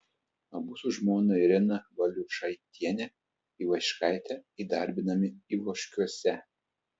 abu su žmona irena valiušaitiene ivaškaite įdarbinami ivoškiuose